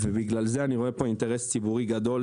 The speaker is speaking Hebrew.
בגלל זה אני רואה פה אינטרס ציבורי גדול,